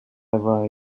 avoir